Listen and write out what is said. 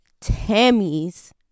Tammy's